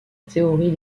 théorie